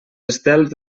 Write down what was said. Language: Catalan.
estels